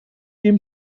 dem